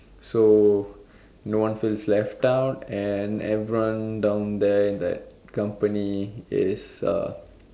so no one feels left out and everyone down there in that company is uh